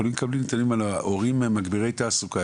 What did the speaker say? יכולים לקבל נתונים מההורים מגבירי תעסוקה,